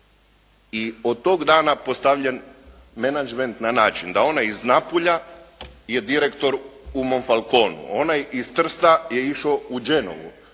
i od tog dana postavljen menadžment na način da onaj iz Napulja je direktor u "Molfaconu", onaj iz Trsta je išao u Genovu.